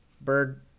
bird